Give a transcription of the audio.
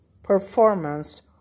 performance